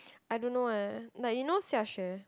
I don't know eh like you know xiaxue